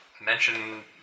Mention